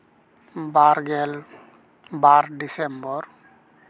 ᱵᱟᱨᱜᱮᱞ ᱵᱟᱨ ᱰᱤᱥᱮᱢᱵᱚᱨ